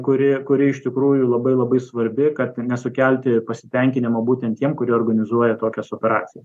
kuri kuri iš tikrųjų labai labai svarbi kad nesukelti pasitenkinimo būtent tiem kurie organizuoja tokias operacijas